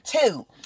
two